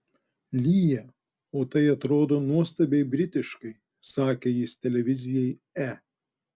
lyja o tai atrodo nuostabiai britiškai sakė jis televizijai e